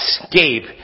escape